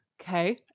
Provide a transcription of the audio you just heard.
Okay